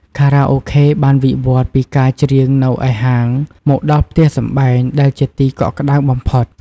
ខារ៉ាអូខេបានវិវត្តន៍ពីការច្រៀងនៅឯហាងមកដល់ផ្ទះសម្បែងដែលជាទីកក់ក្តៅបំផុត។